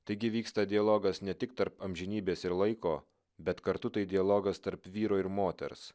taigi vyksta dialogas ne tik tarp amžinybės ir laiko bet kartu tai dialogas tarp vyro ir moters